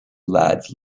lads